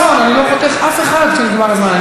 חבר הכנסת חסון, אני לא חותך אף אחד כשנגמר הזמן.